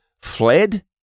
fled